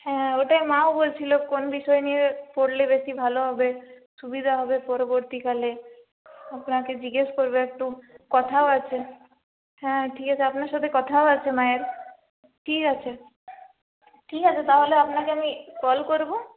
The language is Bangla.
হ্যাঁ ওটাই মাও বলছিলো কোন বিষয় নিয়ে পড়লে বেশি ভালো হবে সুবিধা হবে পরবর্তীকালে আপনাকে জিজ্ঞেস করবে একটু কথাও আছে হ্যাঁ ঠিক আছে আপনার সাথে কথাও আছে মায়ের ঠিক আছে ঠিক আছে তাহলে আপনাকে আমি কল করবো